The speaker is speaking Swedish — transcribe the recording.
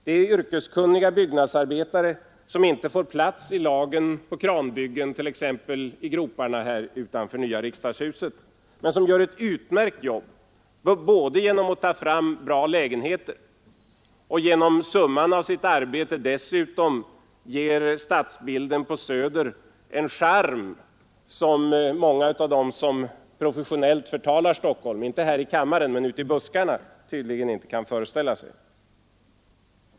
Det är yrkeskunniga byggnadsarbetare, som inte får plats i lagen på kranbyggen, t.ex. i groparna här utanför nya riksdagshuset. Men de gör ett utmärkt jobb genom att ta fram bra lägenheter, och genom summan av sitt arbete ger de dessutom stadsbilden på Söder en charm som många av dem som professionellt förtalar Stockholm — inte här i kammaren men ute i buskarna — tydligen inte kan föreställa sig.